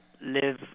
live